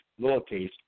lowercase